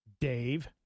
Dave